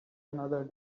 another